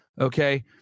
Okay